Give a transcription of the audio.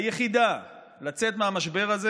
היחידה, לצאת מהמשבר הזה